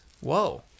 Whoa